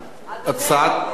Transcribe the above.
ההצעה להסיר